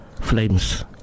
flames